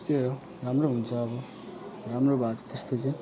त्यस्तै हो राम्रो हुन्छ अब राम्रो भएको छ त्यस्तो चाहिँ